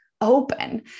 open